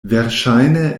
verŝajne